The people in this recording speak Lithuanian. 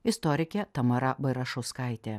istorikė tamara bairašauskaitė